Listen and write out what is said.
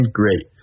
great